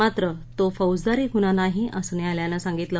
मात्र तो फौजदारी गुन्हा नाही असं न्यायालयानं सांगितलं